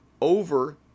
over